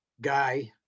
Guy